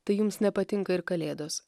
tai jums nepatinka ir kalėdos